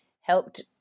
helped